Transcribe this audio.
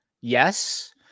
Yes